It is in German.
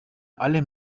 alle